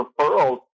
referrals